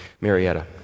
Marietta